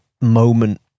moment